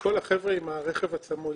כל החבר'ה עם הרכב הצמוד.